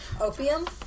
Opium